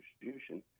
distribution